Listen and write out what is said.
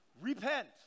repent